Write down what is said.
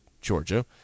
Georgia